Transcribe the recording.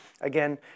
Again